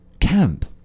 Camp